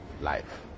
life